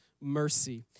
mercy